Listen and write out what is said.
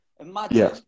Imagine